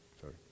Sorry